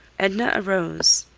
edna arose,